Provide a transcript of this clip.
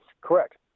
Correct